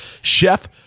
Chef